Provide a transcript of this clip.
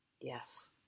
Yes